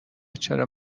چرا